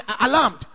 alarmed